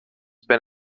been